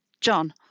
John